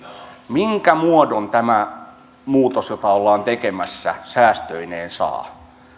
minkä muodon tämä muutos jota ollaan tekemässä säästöineen saa